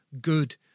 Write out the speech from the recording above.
good